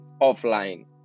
offline